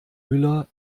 müller